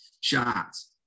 shots